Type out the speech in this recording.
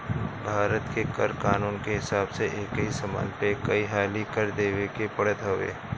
भारत के कर कानून के हिसाब से एकही समान पे कई हाली कर देवे के पड़त हवे